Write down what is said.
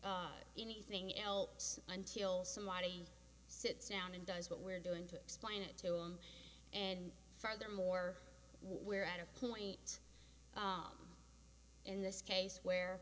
vs anything else until somebody sits down and does what we're doing to explain it to him and furthermore we're at a point in this case where